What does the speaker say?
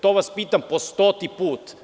To vas pitam po stoti put.